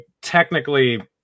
technically